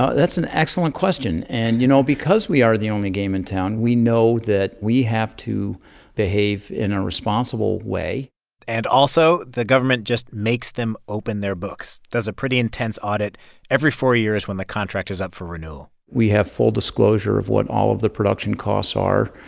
ah that's an excellent question. and, you know, because we are the only game in town, we know that we have to behave in a responsible way and also, the government just makes them open their books, does a pretty intense audit every four years when the contract is up for renewal we have full disclosure of what all of the production costs are.